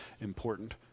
important